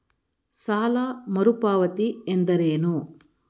ಸಾಲ ಮರುಪಾವತಿ ಎಂದರೇನು?